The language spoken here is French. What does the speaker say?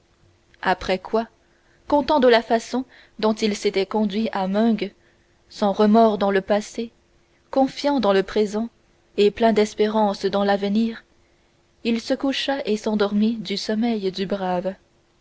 après quoi content de la façon dont il s'était conduit à meung sans remords dans le passé confiant dans le présent et plein d'espérance dans l'avenir il se coucha et s'endormit du sommeil du brave